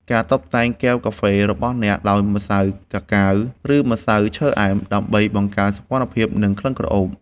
ការតុបតែងកែវកាហ្វេរបស់អ្នកដោយម្សៅកាកាវ ឬម្សៅឈើអែម ដើម្បីបង្កើនសោភ័ណភាព និងក្លិនក្រអូប។